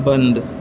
بند